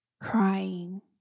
crying